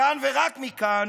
מכאן, ורק מכאן,